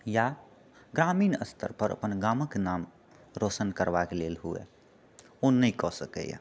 या ग्रामीण स्तर पर अपन गामके नाम रोशन करबाक लेल हुए ओ नहि कऽ सकैए